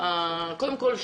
קודם כל,